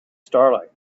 starlight